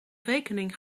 rekening